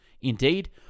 Indeed